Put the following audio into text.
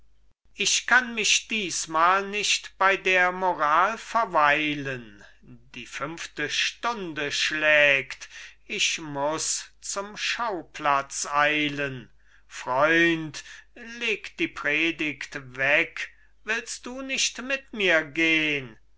ich kann mich diesmal nicht bei der moral verweilen die fünfte stunde schlägt ich muß zum schauplatz eilen freund leg die predigt weg willst du nicht mit mir gehn